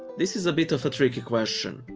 this is a bit of a tricky question.